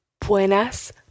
Buenas